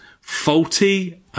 faulty